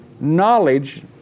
knowledge